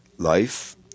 Life